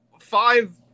five